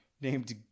named